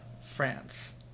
France